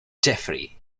jeffrey